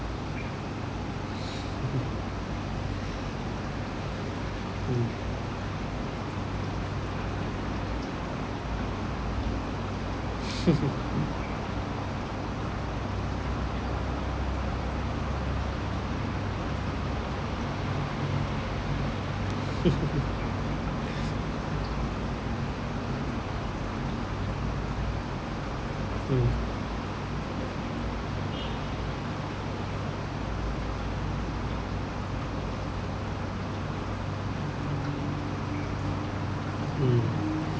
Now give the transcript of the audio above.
mm mm mm